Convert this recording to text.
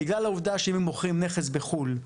בגלל העובדה שאם הם מוכרים נכס בחו"ל,